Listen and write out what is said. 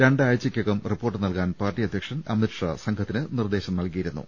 രണ്ടാഴ്ചക്കകം report നൽകാൻ party അധ്യക്ഷൻ അമിത്ഷാ സംഘത്തിന് നിർദ്ദേശം നല്കിയിരുന്നു